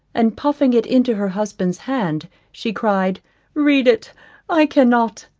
and puffing it into her husband's hand, she cried read it i cannot.